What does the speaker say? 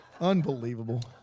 Unbelievable